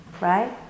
Right